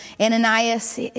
Ananias